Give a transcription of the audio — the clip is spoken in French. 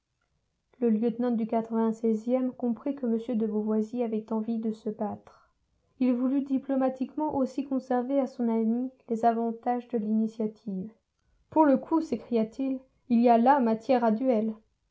le lieutenant du e comprit que m de beauvoisis avait envie de se battre il voulut diplomatiquement aussi conserver à son ami les avantages de l'initiative pour le coup s'écria-t-il il y a là matière à duel